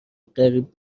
قریب